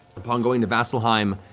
upon going to vasselheim,